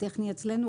הטכני אצלנו,